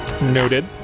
Noted